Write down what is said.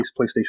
PlayStation